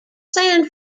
san